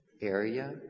area